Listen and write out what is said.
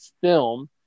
film